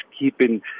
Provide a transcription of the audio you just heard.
keeping